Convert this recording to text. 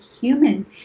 human